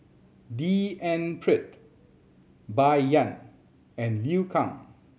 D N Pritt Bai Yan and Liu Kang